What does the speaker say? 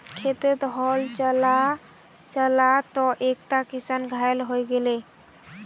खेतत हल चला त चला त एकता किसान घायल हय गेले